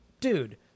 dude